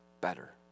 better